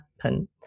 happen